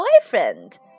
boyfriend